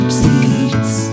seats